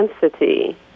density